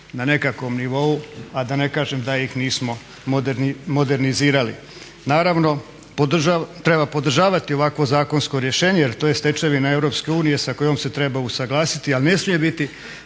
na nekakvom nivou a da ne kažem da ih nismo modernizirali. Naravno treba podržavati ovakvo zakonsko rješenje jer to je stečevina EU sa kojom se treba usuglasiti, ali ne smije biti